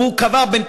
והוא קבע בינתיים,